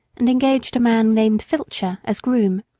and engaged a man named filcher as groom.